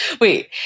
Wait